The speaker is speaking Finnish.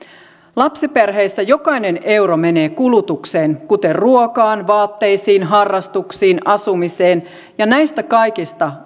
lapsiperheissä jokainen euro menee kulutukseen kuten ruokaan vaatteisiin harrastuksiin asumiseen ja näistä kaikista